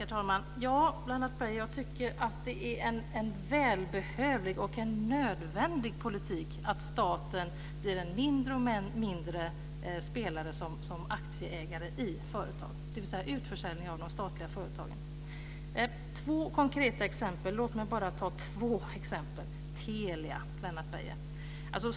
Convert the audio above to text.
Herr talman! Ja, Lennart Beijer, jag tycker att det är en både välbehövlig och nödvändig politik att staten blir en allt mindre spelare som aktieägare i företag - dvs. utförsäljning av de statliga företagen! Låt mig ta två konkreta exempel. Det ena gäller Telia.